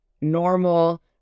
normal